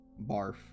barf